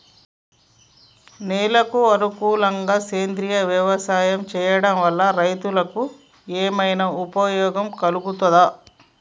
నేలకు అనుకూలంగా సేంద్రీయ వ్యవసాయం చేయడం వల్ల రైతులకు ఏమన్నా ఉపయోగం కలుగుతదా?